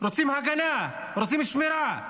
רוצים הגנה, רוצים שמירה.